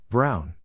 Brown